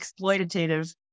exploitative